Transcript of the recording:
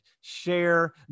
share